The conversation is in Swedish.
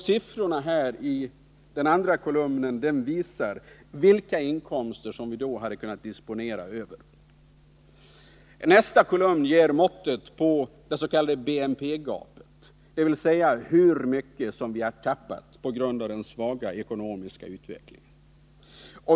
Siffrorna över möjlig BNP visar vilka inkomster vi då hade kunnat disponera över. De två sista kolumnerna ger mått på hur mycket vi förlorat, det s.k. BNP-gapet, dels i miljarder kronor, dels i procent av BNP.